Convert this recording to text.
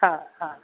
हा हा